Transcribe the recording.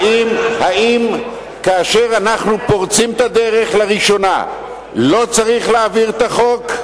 האם כאשר אנחנו פורצים את הדרך לראשונה לא צריך להעביר את החוק?